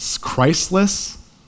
Christless